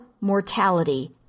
mortality